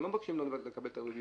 אנחנו לא מבקשים לא לקבל את הריביות,